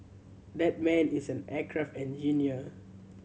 that man is an aircraft engineer